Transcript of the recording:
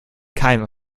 keinem